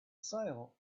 sale